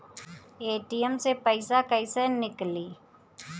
ATM से पैसा कैसे नीकली?